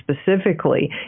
specifically